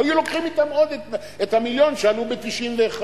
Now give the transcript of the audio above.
היו לוקחים אתם עוד את המיליון שעלו ב-1991.